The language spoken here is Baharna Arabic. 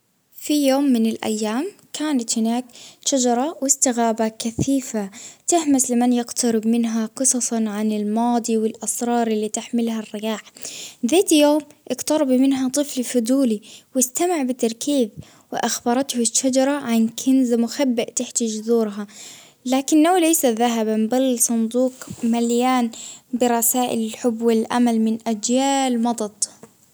في يوم من الأيام كانت هناك شجرة وسط غابة كثيفة تهمس لمن يقترب منها قصص عن الماضي ،والأسرار اللي تحملها الرياح، ذات يوم إقترب منها طفل فضولي ،وأستمع بتركيز وأخبرته الشجرة عن كنز مخبأ تحت جذورها، لكنة ليس ذهبا، بل صندوق مليان برسائل الحب والأمل من أجيال مضت.